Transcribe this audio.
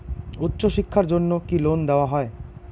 উচ্চশিক্ষার জন্য কি লোন দেওয়া হয়?